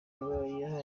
yahaye